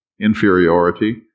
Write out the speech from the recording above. inferiority